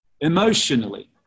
emotionally